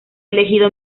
elegido